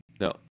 No